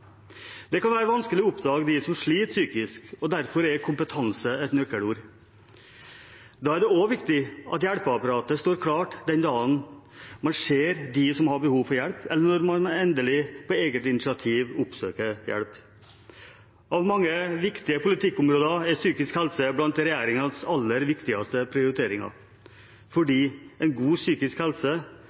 Det kan være vanskelig å oppdage dem som sliter psykisk, og derfor er kompetanse et nøkkelord. Da er det også viktig at hjelpeapparatet står klart den dagen man ser dem som har behov for hjelp, eller når man endelig på eget initiativ oppsøker hjelp. Av mange viktige politikkområder er psykisk helse blant regjeringens aller viktigste prioriteringer, fordi en god psykisk helse